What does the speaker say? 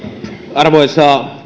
arvoisa